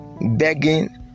begging